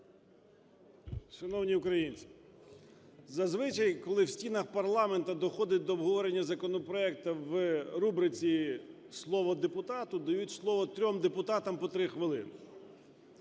Шановні українці, зазвичай, коли в стінах парламенту доходить до обговорення законопроектів в рубриці "слово депутату", дають слово трьом депутатам по 3 хвилини.